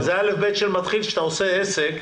אבל זה א'-ב' של מתחיל כשאתה עושה עסק,